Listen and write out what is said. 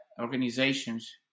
Organizations